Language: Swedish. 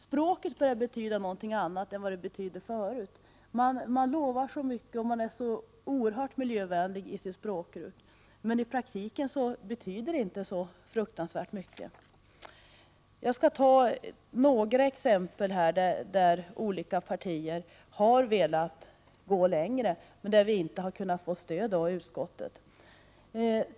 Orden börjar betyda något annat än de betydde förut. Man lovar så mycket och man är så oerhört miljövänlig i sitt språkbruk, men i praktiken så betyder det inte så fruktansvärt mycket. Jag skall ta några exempel där olika partier har velat gå längre i miljöfrågor, men där det inte har gått att få stöd i utskottet.